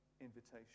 invitation